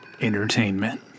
Entertainment